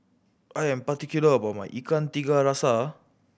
I am particular about my Ikan Tiga Rasa